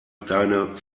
deine